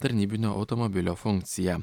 tarnybinio automobilio funkciją